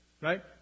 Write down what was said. right